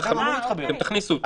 אתם תכניסו אותו.